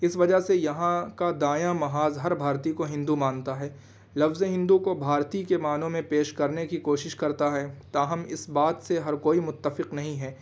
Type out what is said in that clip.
اس وجہ سے یہاں کا دایاں محاذ ہر بھارتی کو ہندو مانتا ہے لفظ ہندو کو بھارتی کے معنوں میں پیش کرنے کی کوشش کرتا ہے تاہم اس بات سے ہر کوئی متفق نہیں ہے